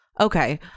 Okay